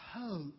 hope